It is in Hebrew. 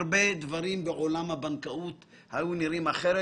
הרבה דברים בעולם הבנקאות היו נראים אחרת.